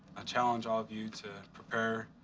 ah challenge all of you to prepare,